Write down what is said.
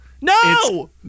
No